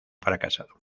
fracasado